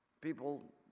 People